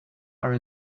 are